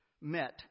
met